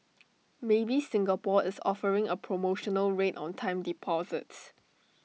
maybank Singapore is offering A promotional rate on time deposits